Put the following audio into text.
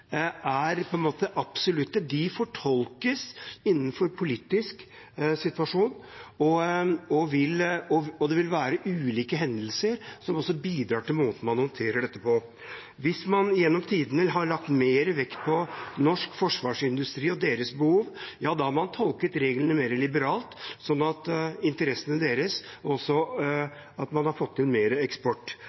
er absolutte. De fortolkes innenfor den politiske situasjonen, og det vil være ulike hendelser som bidrar til måten man håndterer dette på. Hvis man gjennom tidene har lagt mer vekt på norsk forsvarsindustri og dens behov og interesser, har man tolket reglene mer liberalt og fått mer eksport. Hvis man har tolket reglene mer